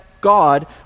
God